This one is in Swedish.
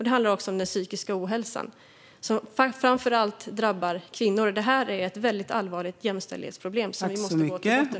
Det handlar också om den psykiska ohälsan, som framför allt drabbar kvinnor. Det här är ett väldigt allvarligt jämställdhetsproblem som vi måste gå till botten med.